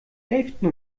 elften